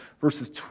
verses